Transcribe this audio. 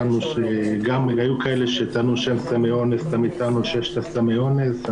היו כאלה שטענו שאין סמי אונס,